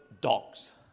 dogs